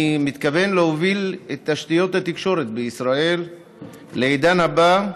אני מתכוון להוביל את תשתיות התקשורת בישראל לעידן הבא.